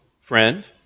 Friend